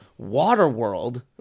Waterworld